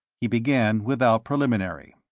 he began without preliminary.